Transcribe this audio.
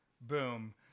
boom